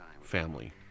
family